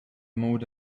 moved